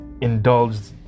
indulged